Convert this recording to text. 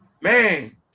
Man